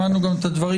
שמענו את הדברים.